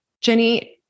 Jenny